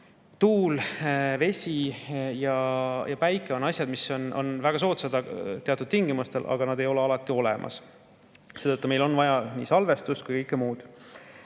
Tuul, vesi ja päike on asjad, mis on väga soodsad teatud tingimustel, aga need ei ole alati olemas. Seetõttu meil on vaja nii salvestust kui ka kõike muud.